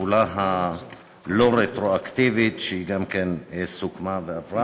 התחולה הלא-רטרואקטיבית, שהיא גם כן סוכמה ועברה.